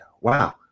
Wow